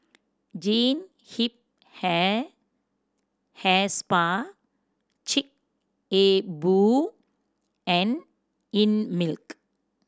Jean Yip Hair Hair Spa Chic A Boo and Einmilk